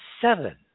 seven